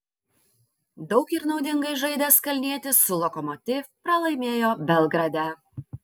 daug ir naudingai žaidęs kalnietis su lokomotiv pralaimėjo belgrade